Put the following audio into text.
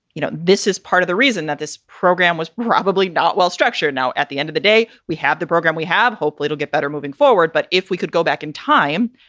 you know, this is part of the reason that this program was probably not well structure. now, at the end of the day. we have the program. we have. hopefully we'll get better moving forward. but if we could go back in time,